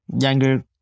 younger